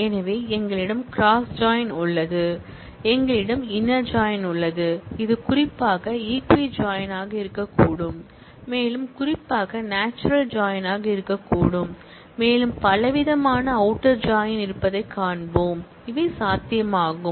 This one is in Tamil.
எனவே எங்களிடம் CROSS JOIN உள்ளது எங்களிடம் INNER JOIN உள்ளது இது குறிப்பாக ஈக்வி ஜாயின் ஆக இருக்கக்கூடும் மேலும் குறிப்பாக நாச்சுரல் ஜாயின் ஆக இருக்கக்கூடும் மேலும் பலவிதமான அவுட்டர் ஜாயின் இருப்பதைக் காண்போம் அவை சாத்தியமாகும்